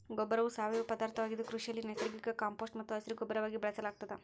ಗೊಬ್ಬರವು ಸಾವಯವ ಪದಾರ್ಥವಾಗಿದ್ದು ಕೃಷಿಯಲ್ಲಿ ನೈಸರ್ಗಿಕ ಕಾಂಪೋಸ್ಟ್ ಮತ್ತು ಹಸಿರುಗೊಬ್ಬರವಾಗಿ ಬಳಸಲಾಗ್ತದ